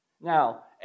Now